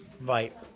Right